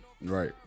right